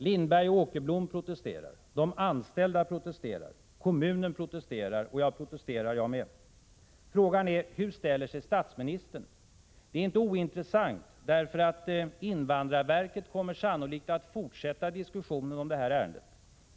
Lindberg och Åkerblom protesterar, de anställda gör det, kommunen gör det. Och jag protesterar jag med. Frågan är: Hur ställer sig statsministern? Det är inte ointressant, därför att invandrarverket kommer sannolikt att fortsätta diskussionen om det här ärendet.